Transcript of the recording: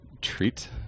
treat